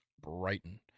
Brighton